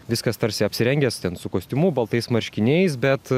viskas tarsi apsirengęs ten su kostiumu baltais marškiniais bet